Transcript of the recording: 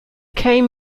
came